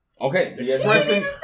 okay